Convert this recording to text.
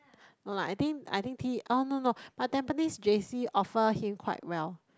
no lah I think I think T oh no no but Tampines J_C offer him quite well